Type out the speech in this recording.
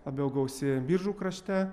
labiau gausi biržų krašte